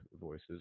voices